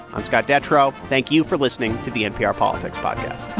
i'm scott detrow. thank you for listening to the npr politics podcast